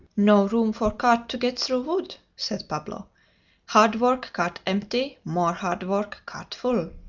no room for cart to get through wood, said pablo hard work, cart empty more hard work, cart full.